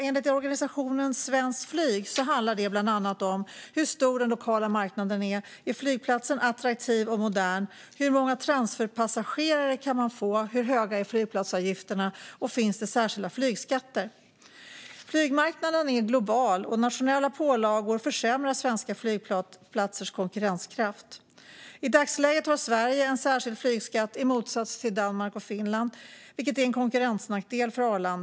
Enligt organisationen Svenskt Flyg handlar det bland annat om hur stor den lokala marknaden är, om flygplatsen är attraktiv och modern, hur många transferpassagerare man kan få, hur höga flygplatsavgifterna är och om det finns särskilda flygskatter. Flygmarknaden är global, och nationella pålagor försämrar svenska flygplatsers konkurrenskraft. I dagsläget har Sverige en särskild flygskatt i motsats till Danmark och Finland, vilket är en konkurrensnackdel för Arlanda.